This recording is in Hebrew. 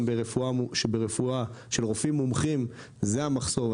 ברפואה של רופאים מומחים זה המחסור.